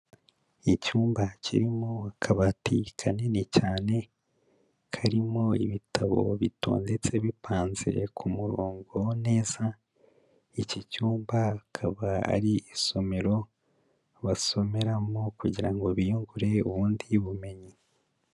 Icyumba kirimo akabati kanini cyane, karimo ibitabo bitondetse, bipanze ku murongo neza, iki cyumba bakaba ari isomero basomeramo kugira ngo biyungure ubundi bumenyi.